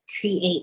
create